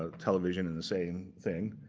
ah television in the same thing.